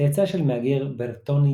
צאצא של מהגר ברטוני